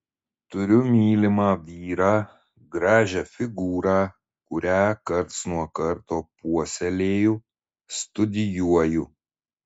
turiu mylimą vyrą gražią figūrą kurią karts nuo karto puoselėju studijuoju